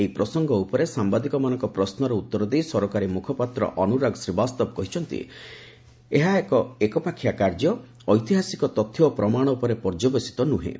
ଏହି ପ୍ରସଙ୍ଗ ଉପରେ ସାମ୍ବାଦିକମାନଙ୍କ ପ୍ରଶ୍ନର ଉତ୍ତର ଦେଇ ସରକାରୀ ମୁଖପାତ୍ର ଅନୁରାଗ ଶ୍ରୀବାସ୍ତବ କହିଛନ୍ତି ଏହି ଏକପାଖିଆ କାର୍ଯ୍ୟ ଐତିହାସିକ ତଥ୍ୟ ଏବଂ ପ୍ରମାଣ ଉପରେ ପର୍ଯ୍ୟବେଶିତ ନୁହେଁ